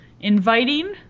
inviting